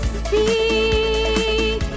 speak